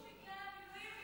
הוא החליף תחום בגלל המילואים?